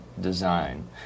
design